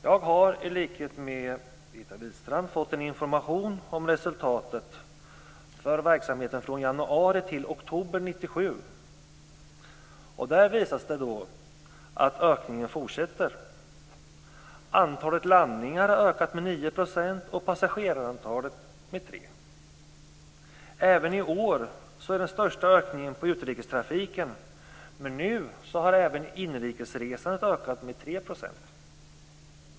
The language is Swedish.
Jag har, i likhet med Birgitta Wistrand, fått information om resultatet för januari till oktober 1997. Där visas det att ökningen fortsätter. Antalet landningar har ökat med 9 % och passagerarantalet med 3 %. Även i år är den största ökningen på utrikestrafiken, men nu har även inrikesresandet ökat med 3 %.